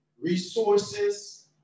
resources